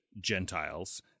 Gentiles